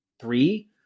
three